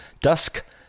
dusk